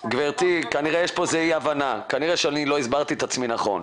כנראה שיש אי הבנה ולא הסברתי את עצמי נכון.